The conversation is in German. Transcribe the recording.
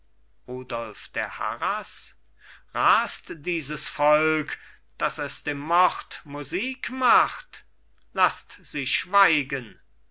der harras rast dieses volk dass es dem mord musik macht lasst sie schweigen